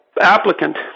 applicant